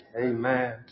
Amen